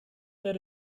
that